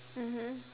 mmhmm